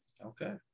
Okay